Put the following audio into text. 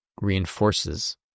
reinforces